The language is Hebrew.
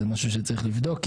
זה משהו שצריך לבדוק,